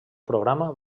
programa